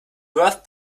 worth